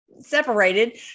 separated